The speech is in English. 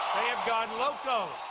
have gone loco.